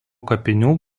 kapinių